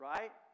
Right